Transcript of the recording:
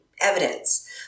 evidence